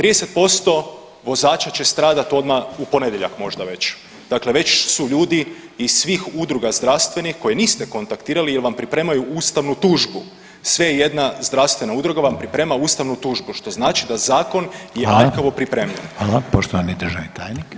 30% vozača će stradati odmah u ponedjeljak možda već, dakle već su ljudi iz svih udruga zdravstvenih koje niste kontaktirali jer vam pripremaju ustavnu tužbu, sve i jedna zdravstvena udruga vam priprema ustavnu tužbu što znači da je zakon aljkavo pripremljen.